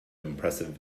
impressive